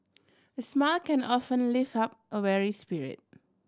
a smile can often lift up a weary spirit